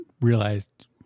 realized